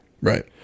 Right